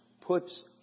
puts